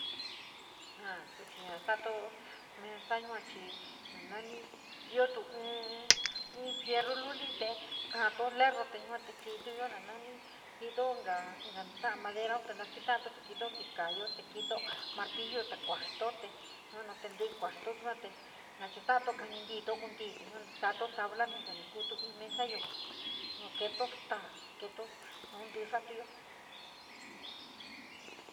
A tochi ja sato mesa yua chí naní nani ío tú fíerro lulí te keeto fierro te yuaté kíntuyo nu naní kito tinta tora madera te masketado te kíta nítkaayo martillos te kusito yua te inchulatato te kamintínte kunti toato tabla nu te kuntú in mesa yo, yua keeto sta keeto noun tíi sa´atoo.